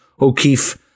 O'Keefe